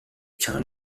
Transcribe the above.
chan